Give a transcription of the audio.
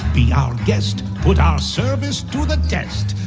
be our guest, put our service to the test.